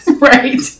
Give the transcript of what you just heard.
right